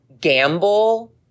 gamble